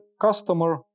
customer